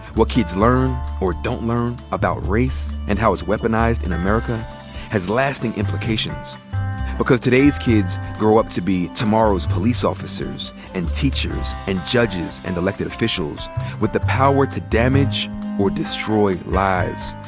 what kids learn or don't learn about race and how it's weaponized in america has lasting implications because today's kids grow up to be tomorrow's police officers, and teachers, and judges, and elected officials with the power to damage or destroy lives,